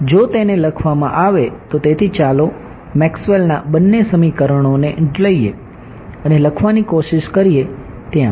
તેથી જો તેને લખવામાં આવે તો તેથી ચાલો મેક્સવેલ ના બંને સમીકરણોને લઈએ અને લખવાની કોશિશ કરીએ ત્યાં